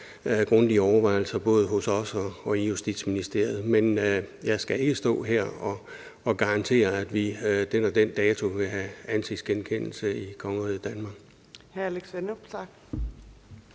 grundige overvejelser, både hos os og i Justitsministeriet. Men jeg skal ikke stå her og garantere, at vi den og den dato vil have ansigtsgenkendelse i kongeriget Danmark.